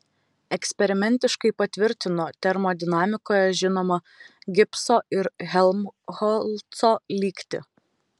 eksperimentiškai patvirtino termodinamikoje žinomą gibso ir helmholco lygtį